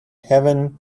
heaven